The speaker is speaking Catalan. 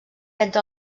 entre